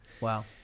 wow